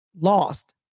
lost